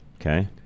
Okay